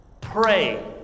Pray